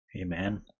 Amen